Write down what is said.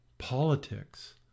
politics